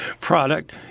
product